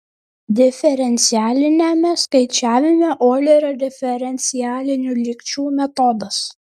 diferencialiniame skaičiavime oilerio diferencialinių lygčių metodas